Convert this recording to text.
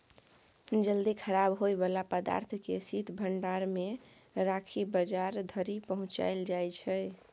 जल्दी खराब होइ बला पदार्थ केँ शीत भंडारण मे राखि बजार धरि पहुँचाएल जाइ छै